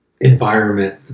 environment